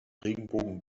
regenbögen